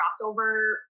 crossover